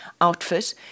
outfit